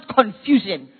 confusion